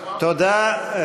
תודה.